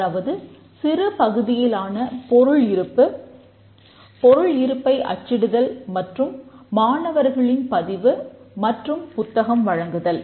ஏஏஏ பொருள் இருப்பை அச்சிடுதல் மற்றும் மாணவர்களின் பதிவு மற்றும் புத்தகம் வழங்குதல்